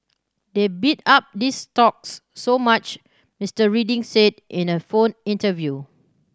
they bid up these stocks so much Mister Reading said in a phone interview